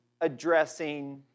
addressing